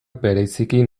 bereziki